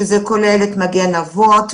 שזה כולל את "מגן אבות",